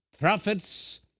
prophets